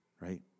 Right